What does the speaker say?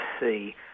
see